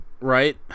right